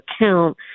account